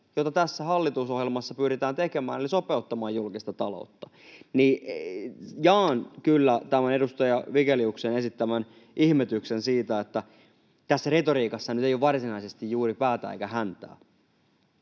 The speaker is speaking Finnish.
jota tässä hallitusohjelmassa pyritään tekemään eli sopeuttamaan julkista taloutta. Eli jaan kyllä tämän edustaja Vigeliuksen esittämän ihmetyksen siitä, että tässä retoriikassa nyt ei ole varsinaisesti juuri päätä eikä häntää.